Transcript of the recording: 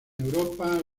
europa